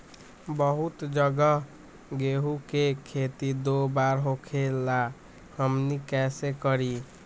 बहुत जगह गेंहू के खेती दो बार होखेला हमनी कैसे करी?